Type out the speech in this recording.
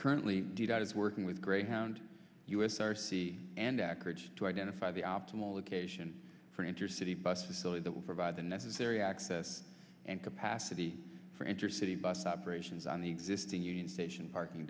currently do that is working with greyhound us r c and accurate to identify the optimal location for intercity bus facility that will provide the necessary access and capacity for intercity bus operations on the existing union station parking